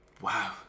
Wow